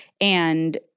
And-